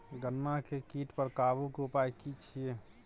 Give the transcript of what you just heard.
गन्ना के कीट पर काबू के उपाय की छिये?